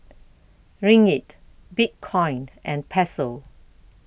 Ringgit Bitcoin and Peso